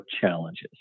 challenges